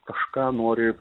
kažką nori